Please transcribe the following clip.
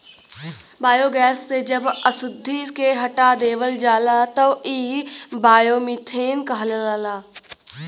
biogas से जब अशुद्धि के हटा देवल जाला तब इ बायोमीथेन कहलाला